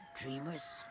dreamers